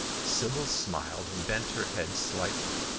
sybil smiled and bent her head slightly.